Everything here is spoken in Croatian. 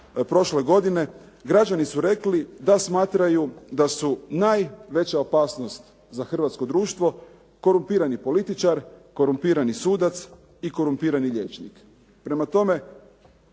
prošle godine građani su rekli da smatraju da su najveća opasnost za hrvatsko društvo korumpirani političar, korumpirani sudac i korumpirani liječnik. Prema tome,